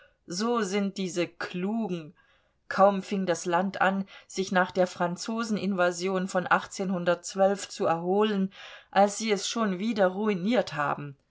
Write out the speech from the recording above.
so sind diese klugen kaum fing das land an sich nach der franzoseninvasion von zu erholen als sie es schon wieder ruiniert haben